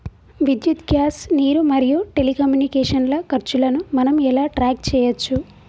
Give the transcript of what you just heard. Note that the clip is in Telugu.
విద్యుత్ గ్యాస్ నీరు మరియు టెలికమ్యూనికేషన్ల ఖర్చులను మనం ఎలా ట్రాక్ చేయచ్చు?